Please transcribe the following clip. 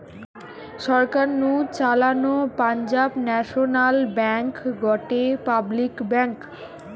সরকার নু চালানো Punjab National Bank গটে পাবলিক ব্যাঙ্ক